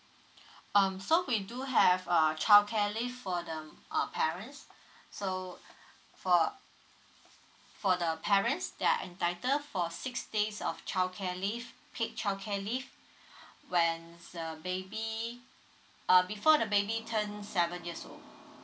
um so we do have err childcare leave for the uh parents so for for the parents they're entitled for six days of childcare leave paid childcare leave when's the baby uh before the baby turned seven years old